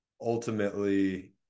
ultimately